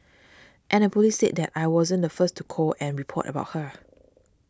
and the police said that I wasn't the first to call and report about her